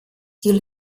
ziel